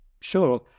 sure